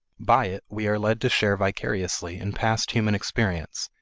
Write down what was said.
by it we are led to share vicariously in past human experience,